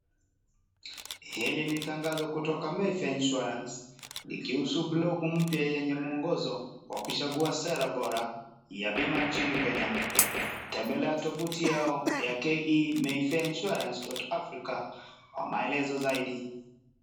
Hili ni tangazo kutoka Meivay insurance likihusu blog mpya yenye mwongozo wa kuchagua sera bora ya bima nchini Kenya. Tembelea tovuti yao ya ke.meivayinsurance. africa kwa maelezo zaidi.